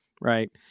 right